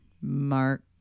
Mark